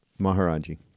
Maharaji